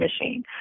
machine